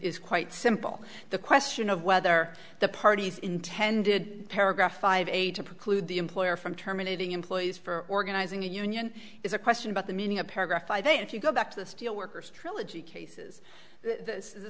is quite simple the question of whether the parties intended paragraph five eight to preclude the employer from terminating employees for organizing a union is a question about the meaning of paragraph i think if you go back to the steelworkers trilogy cases th